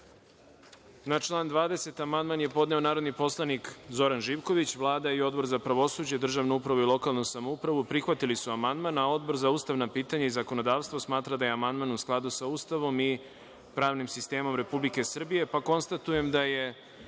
član 20. amandman je podneo narodni poslanik Zoran Živković. Vlada i Odbor za pravosuđe, državnu upravnu i lokalnu samoupravu prihvatili su amandman. Odbor za ustavna pitanja i zakonodavstvo smatra da je amandman u skladu sa Ustavom i pravnim sistemom Republike Srbije. Konstatujem da je